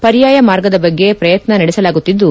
ಪರ್ಯಾಯ ಮಾರ್ಗದ ಬಗ್ಗೆ ಪ್ರಯತ್ನ ನಡೆಸಲಾಗುತ್ತಿದ್ದು